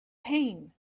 pain